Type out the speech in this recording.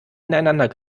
ineinander